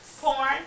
Porn